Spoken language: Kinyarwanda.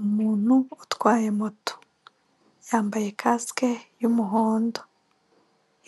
Umuntu utwaye moto yambaye kasike y'umuhondo,